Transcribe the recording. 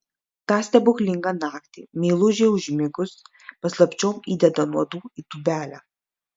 tą stebuklingą naktį meilužei užmigus paslapčiom įdeda nuodų į tūbelę